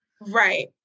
right